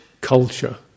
culture